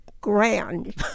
grand